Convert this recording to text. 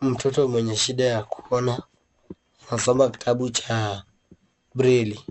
Mtoto mwenye shida ya kuona anasoma kitabu cha braille